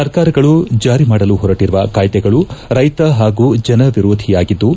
ಸರ್ಕಾರಗಳು ಜಾರಿ ಮಾಡಲು ಹೊರಟರುವ ಕಾಯ್ದೆಗಳು ರೈತ ಹಾಗೂ ಜನವಿರೋಧಿಯಾಗಿದ್ದು